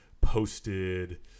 posted